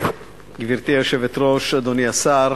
גברתי היושבת-ראש, אדוני השר,